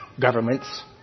governments